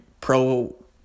pro